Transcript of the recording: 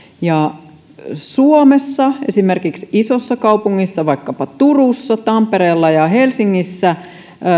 suomessa esimerkiksi isoissa kaupungeissa vaikkapa turussa tampereella ja helsingissä